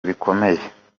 bikomeye